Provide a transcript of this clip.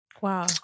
Wow